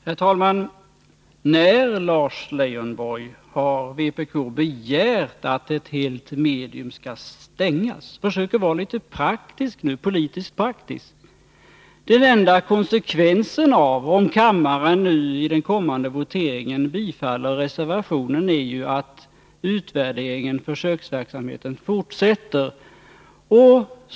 Herr talman! När, Lars Lejonborg, har vpk begärt att ett helt medium skall stängas? Försök vara litet politiskt praktisk! Den enda konsekvensen om kammaren i den kommande voteringen bifaller reservationen är ju att utvärderingen och försöksverksamheten fortsätter.